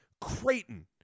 Creighton